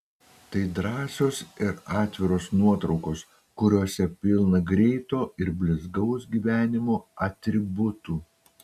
tai drąsios ir atviros nuotraukos kuriose pilna greito ir blizgaus gyvenimo atributų